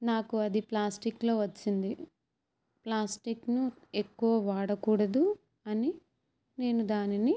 నాకు అది ప్లాస్టిక్ లో వచ్చింది ప్లాస్టిక్ను ఎక్కువ వాడకూడదు అని నేను దానిని